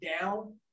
down